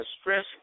stress